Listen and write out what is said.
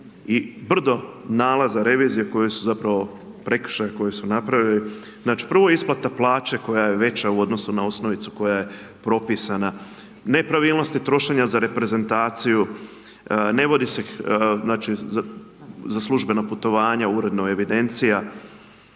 i brdo nalaza, revizije koje su zapravo prekršaj koje su napravili. Znači prvo isplata plaće koja je veća u odnosu na osnovicu koja je propisana, nepravilnosti trošenja za reprezentaciju, ne vodi se, znači za službeno putovanja uredno evidencija.